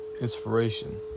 inspiration